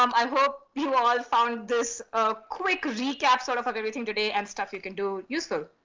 um i hope you ah found this ah quick recap sort of of everything today and stuff you can do useful.